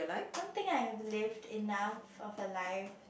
don't think I have to live enough of a life